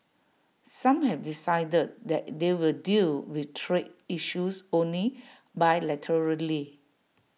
some have decided that they will deal with trade issues only bilaterally